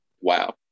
wow